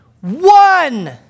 One